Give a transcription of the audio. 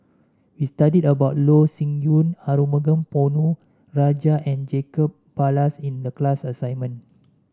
we studied about Loh Sin Yun Arumugam Ponnu Rajah and Jacob Ballas in the class assignment